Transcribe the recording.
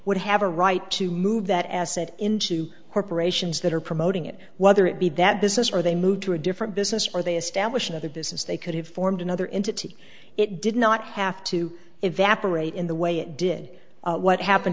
would have a right to move that asset into corporations that are promoting it whether it be that business or they move to a different business or they establish another business they could have formed another entity it did not have to evaporate in the way it did what happened